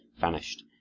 vanished